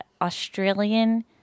Australian